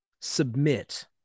submit